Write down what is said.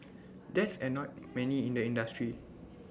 that's annoyed many in the industry